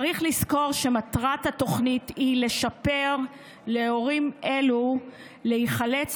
צריך לזכור שמטרת התוכנית היא לאפשר להורים אלו להיחלץ